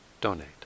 donate